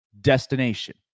destination